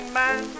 man